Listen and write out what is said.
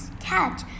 catch